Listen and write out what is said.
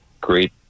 great